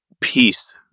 peace